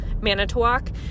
Manitowoc